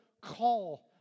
call